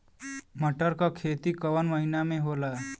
मटर क खेती कवन महिना मे होला?